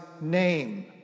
name